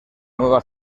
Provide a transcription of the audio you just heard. nueva